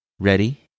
Ready